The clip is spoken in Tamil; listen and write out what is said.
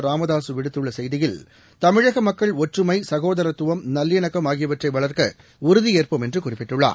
ராமதாகவிடுத்துள்ளசெய்தியில் தமிழகமக்கள் ஒற்றுமை சகோதரத்துவம் நல்லிணக்கம் ஆகியவற்றைவளர்க்கஉறுதியேற்போம் என்றுகுறிப்பிட்டுள்ளார்